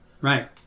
Right